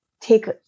take